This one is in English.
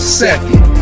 second